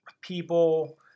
people